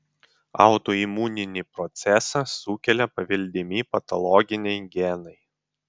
autoimuninį procesą sukelia paveldimi patologiniai genai